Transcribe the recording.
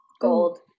Gold